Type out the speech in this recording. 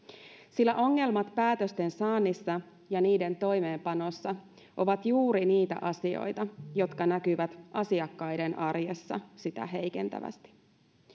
sillä ongelmat päätösten saannissa ja niiden toimeenpanossa ovat juuri niitä asioita jotka näkyvät asiakkaiden arjessa sitä heikentävästi